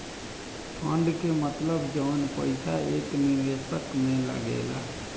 fund के मतलब जवन पईसा एक निवेशक में लागेला